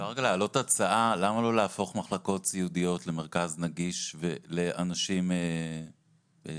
למה לא להפוך מחלקות סיעודיות למרכז נגיש לאנשים סיעודיים,